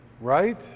right